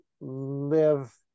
live